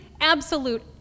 absolute